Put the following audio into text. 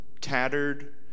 tattered